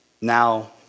now